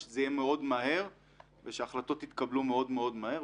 שזה יהיה מאוד מהר ושההחלטות יתקבלו מאוד מאוד מהר,